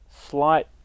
slight